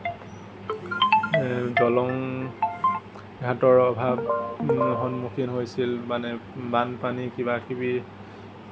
দলং ঘাটৰ অভাৱ সন্মুখীন হৈছিল মানে বানপানী কিবা কিবি